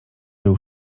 był